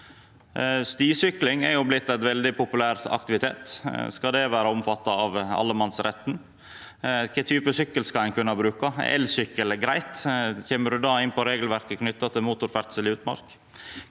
Stisykling er blitt ein veldig populær aktivitet. Skal det vera omfatta av allemannsretten? Kva type sykkel skal ein kunna bruka? Er elsykkel greitt? Kjem ein då inn på regelverket knytt til motorferdsel i utmark?